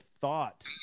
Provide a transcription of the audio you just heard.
thought